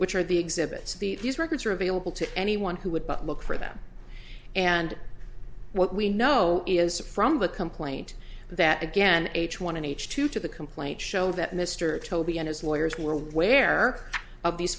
which are the exhibits the records are available to anyone who would look for them and what we know is from the complaint that again h one n h two to the complaint show that mr toby and his lawyers were aware of these